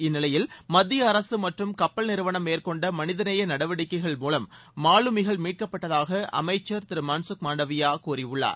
இந்நிலையில் மத்திய அரசு மற்றும் கப்பல் நிறுவனம் மேற்கொண்ட மனிதநேய நடவடிக்கைகள் மூலம் மீட்கப்பட்டதாக மாலுமிகள் அமைச்சர் திரு மன்சுக் மாண்டவியா கூறியுள்ளார்